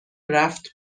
رفت